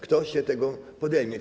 Kto się tego podejmie?